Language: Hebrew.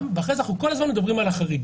ואחרי זה אנחנו כל הזמן מדברים על החריגים.